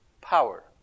power